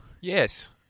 Yes